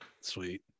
Sweet